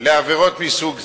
לעבירות מסוג זה,